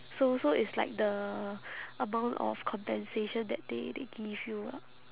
so so it's like the amount of compensation that they they give you ah